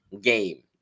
game